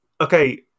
okay